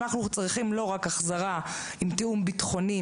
אנחנו צריכים לא רק החזרה עם תיאום ביטחוני,